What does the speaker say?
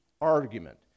argument